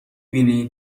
بینی